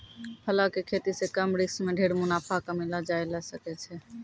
फलों के खेती सॅ कम रिस्क मॅ ढेर मुनाफा कमैलो जाय ल सकै छै